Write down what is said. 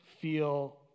feel